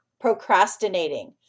procrastinating